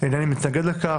אינני מתנגד לכך,